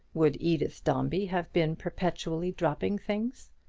would edith dombey have been perpetually dropping things?